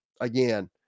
Again